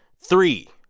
three,